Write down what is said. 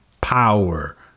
power